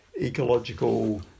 ecological